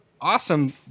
awesome